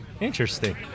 Interesting